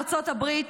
ארצות הברית,